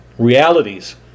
realities